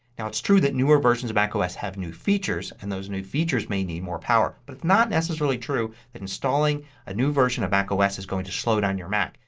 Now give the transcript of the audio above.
now it's true that newer versions of macos have new features and those new features may need more power. but it's not necessarily true that installing a new version of macos is going to slow down your mac.